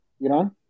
Iran